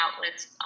outlets